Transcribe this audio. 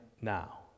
now